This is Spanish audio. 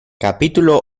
capítulo